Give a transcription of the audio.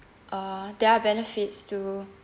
uh there are benefits to